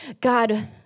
God